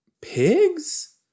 pigs